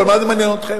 אבל מה זה מעניין אתכם?